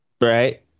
Right